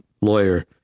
lawyer